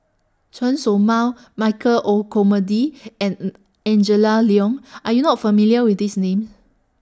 Chen Show Mao Michael Olcomendy and Angela Liong Are YOU not familiar with These Names